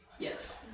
Yes